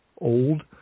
old